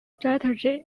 strategy